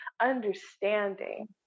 understanding